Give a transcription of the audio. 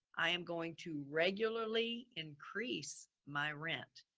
i am going to regularly increase my rent.